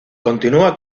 continúa